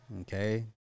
Okay